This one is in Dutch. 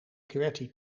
qwerty